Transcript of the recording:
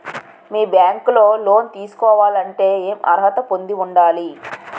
మీ bank లో loan తీసుకోవాలంటే ఎం అర్హత పొంది ఉండాలి?